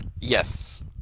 Yes